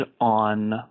on